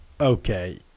Okay